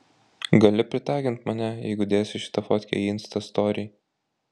gali pritagint mane jeigu dėsi šitą fotkę į insta story